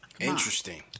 Interesting